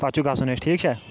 پَتہٕ چھُ گژھُن اَسہِ ٹھیٖک چھا